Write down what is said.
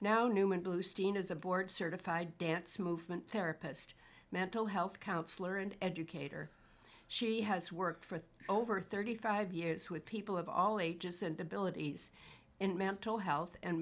now newman blue steen is a board certified dance movement therapist mental health counsellor and educator she has worked for over thirty five years who have people of all ages and abilities in mental health and